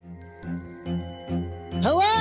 hello